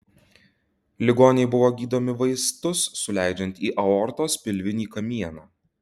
ligoniai buvo gydomi vaistus suleidžiant į aortos pilvinį kamieną